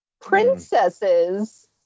princesses